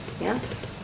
Yes